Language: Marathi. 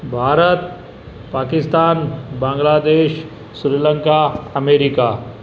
भारत पाकिस्तान बांगलादेश स्रीलंका अमेरिका